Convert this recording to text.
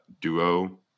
duo